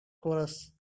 chores